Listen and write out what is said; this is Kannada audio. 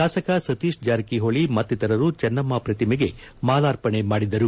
ಶಾಸಕ ಸತೀಶ್ ಜಾರಕಿಹೊಳಿ ಮತ್ತಿತರರು ಚೆನ್ನಮ್ಮ ಪ್ರತಿಮೆಗೆ ಮಾಲಾರ್ಪಣೆ ಮಾಡಿದರು